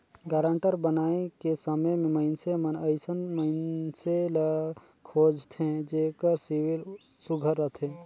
guarantor बनाए के समे में मइनसे मन अइसन मइनसे ल खोझथें जेकर सिविल सुग्घर रहथे